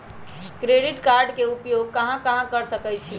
Credit card के उपयोग कहां कहां कर सकईछी?